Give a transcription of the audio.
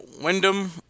Wyndham